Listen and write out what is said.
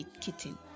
kitten